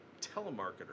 telemarketer